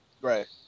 Right